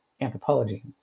anthropology